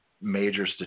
major